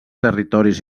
territoris